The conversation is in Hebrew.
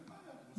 את מוזמנת לבוא.